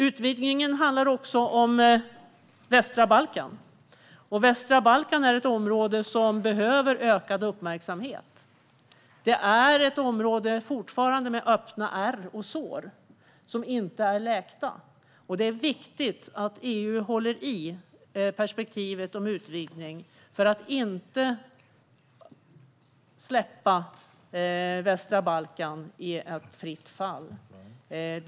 Utvidgningen handlar också om västra Balkan, ett område som behöver ökad uppmärksamhet. Det är fortfarande ett område med öppna ärr och sår som inte är läkta. Det är viktigt att EU håller i perspektivet om utvidgning för att inte släppa västra Balkan i fritt fall.